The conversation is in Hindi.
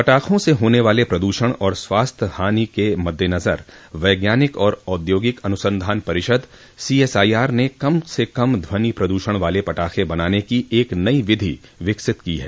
पटाखों से होने वाले प्रद्षण और स्वास्थ्य हानि के मद्देनजर वैज्ञानिक और औद्योगिक अनुसंधान परिषद सीएसआईआर ने कम से कम ध्वनि प्रदूषण वाले पटाखे बनान की एक नई विधि विकसित की है